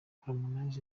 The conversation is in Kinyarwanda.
harmonize